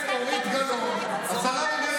השרה,